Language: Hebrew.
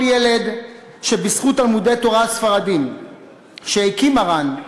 כל ילד שבזכות תלמודי-התורה הספרדיים שהקים מרן,